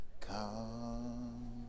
come